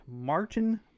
Martin